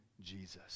Jesus